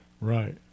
Right